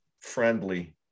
friendly